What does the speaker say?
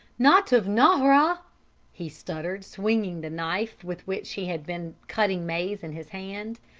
not of nahra he stuttered, swinging the knife with which he had been cutting maize in his hand,